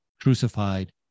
crucified